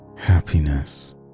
happiness